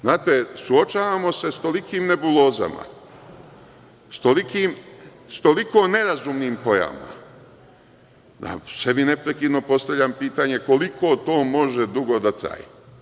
Znate, suočavamo se sa tolikim nebulozama, sa toliko nerazumnim pojavama, a sebi neprekidno postavljam pitanje – koliko to može dugo da traje?